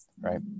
Right